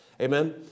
Amen